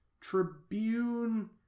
Tribune